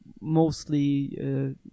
mostly